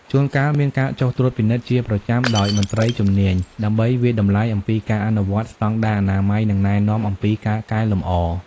ជួនកាលមានការចុះត្រួតពិនិត្យជាប្រចាំដោយមន្ត្រីជំនាញ ដើម្បីវាយតម្លៃអំពីការអនុវត្តស្តង់ដារអនាម័យ និងណែនាំអំពីការកែលម្អ ។